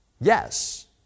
yes